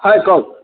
হয় কওক